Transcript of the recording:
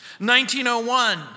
1901